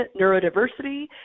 neurodiversity